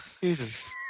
Jesus